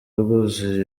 rwuzuye